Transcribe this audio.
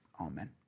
Amen